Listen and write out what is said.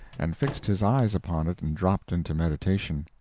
and fixed his eyes upon it and dropped into meditation.